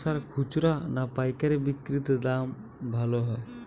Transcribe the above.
শশার খুচরা না পায়কারী বিক্রি তে দাম ভালো হয়?